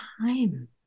time